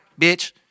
bitch